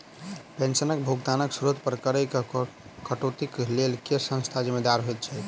पेंशनक भुगतानक स्त्रोत पर करऽ केँ कटौतीक लेल केँ संस्था जिम्मेदार होइत छैक?